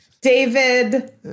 David